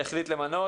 החליט למנות.